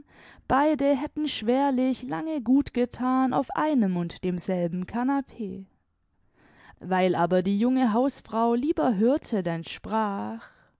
beide hätten schwerlich lange gut gethan auf einem und demselben canapee weil aber die junge hausfrau lieber hörte denn sprach